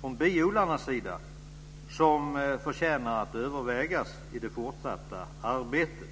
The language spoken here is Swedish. från biodlarnas sida som förtjänar att övervägas i det fortsatta arbetet.